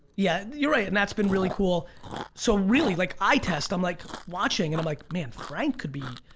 yeah you're right and that's been really cool so really like eye test i'm like watching and i'm like man frank could be